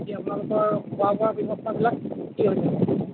এতিয়া আপোনালোকৰ খোৱা বোৱা ব্যৱস্থাবিলাক কি হৈছে